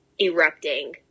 erupting